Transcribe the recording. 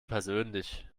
persönlich